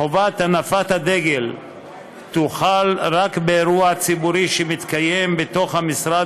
חובת הנפת הדגל תוחל רק באירוע ציבורי שמתקיים בתוך המשרד